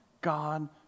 God